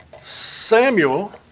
Samuel